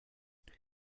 there